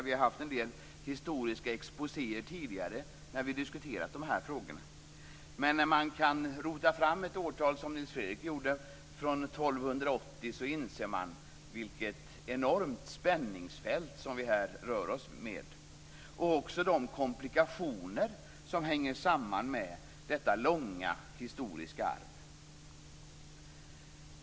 Vi har haft en del historiska exposéer tidigare när vi har diskuterat de här frågorna. Men när man, som Nils Fredrik Aurelius gjorde, kan rota fram årtalet 1280 inser man vilket enormt spänningsfält som vi här rör oss med. Man inser också de komplikationer som hänger samman med detta långa historiska arv.